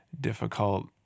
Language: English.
difficult